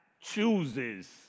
chooses